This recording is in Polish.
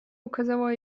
ukazała